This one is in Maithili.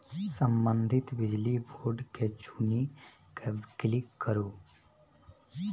संबंधित बिजली बोर्ड केँ चुनि कए क्लिक करु